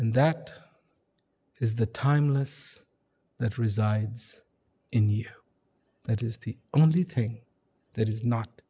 that is the timeless that resides in you that is the only thing that is not